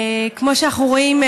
כמו שאנחנו רואים,